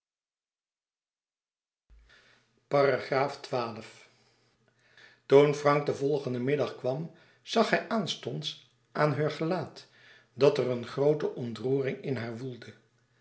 toen frank den volgenden middag kwam zag hij aanstonds aan heur gelaat dat er eene groote ontroering in haar woelde